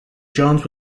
jones